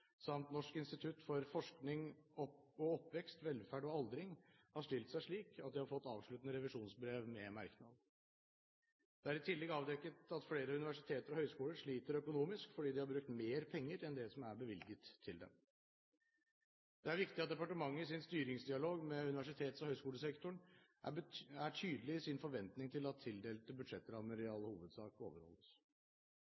samt Norsk institutt for forskning om oppvekst, velferd og aldring har stilt seg slik at de har fått avsluttende revisjonsbrev med merknad. Det er i tillegg avdekket at flere universiteter og høyskoler sliter økonomisk, fordi de har brukt mer penger enn det som er bevilget til dem. Det er viktig at departementet i sin styringsdialog med universitets- og høyskolesektoren er tydelig i sin forventning til at tildelte budsjettrammer i